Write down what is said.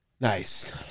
Nice